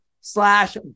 slash